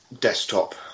desktop